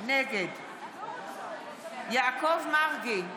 נגד יעקב מרגי,